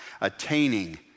attaining